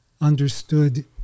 understood